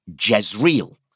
Jezreel